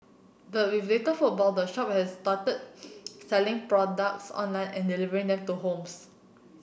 but with little footfall the shop has started selling products online and delivering them to homes